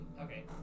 Okay